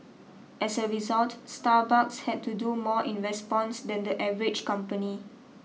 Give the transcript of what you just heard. as a result Starbucks had to do more in response than the average company